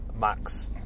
Max